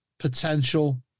potential